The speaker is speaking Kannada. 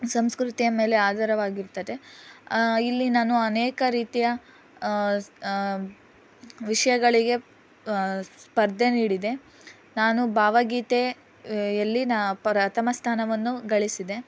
ಸಂಸ್ಕೃತಿಯ ಮೇಲೆ ಆಧಾರವಾಗಿರುತ್ತದೆ ಇಲ್ಲಿ ನಾನು ಅನೇಕ ರೀತಿಯ ವಿಷಯಗಳಿಗೆ ಸ್ಪರ್ಧೆ ನೀಡಿದೆ ನಾನು ಭಾವಗೀತೆಯಲ್ಲಿ ನಾನು ಪ್ರಥಮ ಸ್ಥಾನವನ್ನು ಗಳಿಸಿದೆ